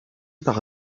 par